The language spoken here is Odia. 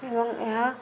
ଏବଂ ଏହା